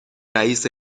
رئیس